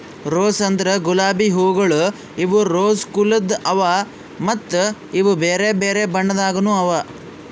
rose ಅಂದುರ್ ಗುಲಾಬಿ ಹೂವುಗೊಳ್ ಇವು ರೋಸಾ ಕುಲದ್ ಅವಾ ಮತ್ತ ಇವು ಬೇರೆ ಬೇರೆ ಬಣ್ಣದಾಗನು ಅವಾ